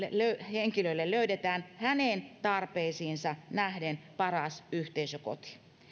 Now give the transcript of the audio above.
henkilölle löydetään hänen tarpeisiinsa nähden paras yhteisökoti